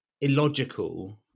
illogical